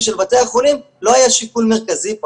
של בתי החולים לא היה שיקול מרכזי פה,